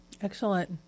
excellent